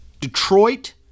Detroit